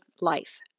life